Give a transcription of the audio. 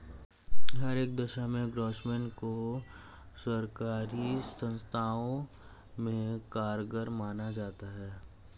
हर एक दशा में ग्रास्मेंट को सर्वकारी संस्थाओं में कारगर माना जाता है